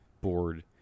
board